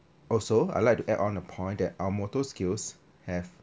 also I like to add on a point that our motor skills have